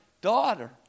daughter